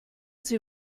sie